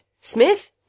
Smith